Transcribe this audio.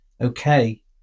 okay